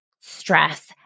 stress